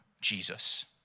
Jesus